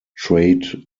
trade